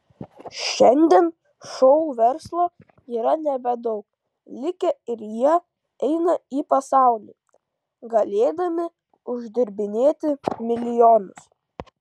šiandien šou verslo yra nebedaug likę ir jie eina į pasaulį galėdami uždirbinėti milijonus